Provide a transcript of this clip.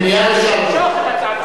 למשוך את הצעת החוק.